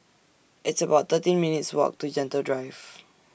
It's about thirteen minutes' Walk to Gentle Drive